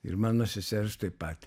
ir mano sesers taip pat